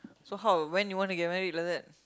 so how when you want to get married like that